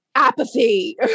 Apathy